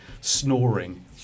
snoring